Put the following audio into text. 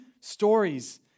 stories